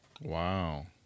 Wow